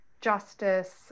justice